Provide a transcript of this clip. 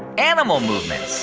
animal movements.